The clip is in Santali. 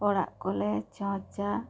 ᱚᱲᱟᱜ ᱠᱚᱞᱮ ᱪᱷᱟᱸᱪᱟ